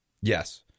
Yes